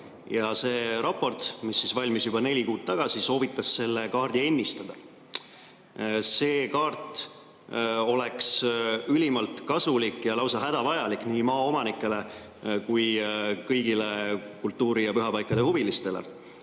See raport, mis valmis juba neli kuud tagasi, soovitas selle kaardi ennistada. See kaart oleks ülimalt kasulik ja lausa hädavajalik nii maaomanikele kui ka kõigile kultuuri ja pühapaikade huvilistele.